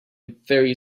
very